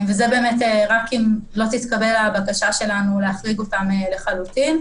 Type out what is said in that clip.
וזה באמת רק אם לא תתקבל הבקשה שלנו להחריג אותם לחלוטין.